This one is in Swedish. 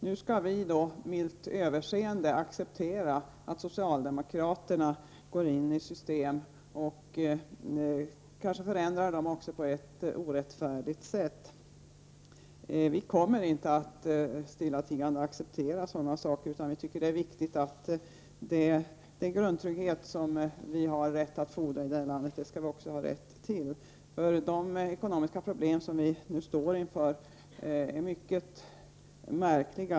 Nu skall vi milt överseende acceptera att socialdemokraterna går in i systemen och kanske också förändrar dem på ett orättfärdigt sätt. Vi kommer inte att stillatigande acceptera sådana saker. Vi tycker att det är viktigt att man också får den grundtrygghet man har rätt att fordra här i landet. De ekonomiska problem vi nu står inför är mycket märkliga.